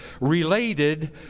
related